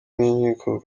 n’inkiko